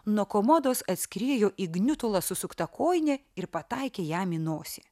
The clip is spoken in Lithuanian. nuo komodos atskriejo į gniutulą susukta kojinė ir pataikė jam į nosį